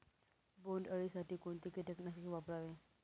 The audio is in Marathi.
बोंडअळी साठी कोणते किटकनाशक वापरावे?